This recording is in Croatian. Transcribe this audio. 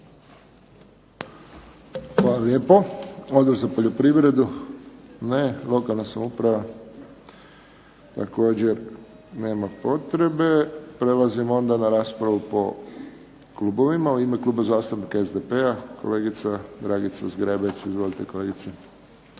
Hvala lijepo. Odbor za poljoprivredu? Ne. Lokalna samouprava, također nema potrebe. Prelazimo onda na raspravu po klubovima. U ime Kluba zastupnika SDP-a kolegica Dragica Zgrebec. Izvolite kolegice.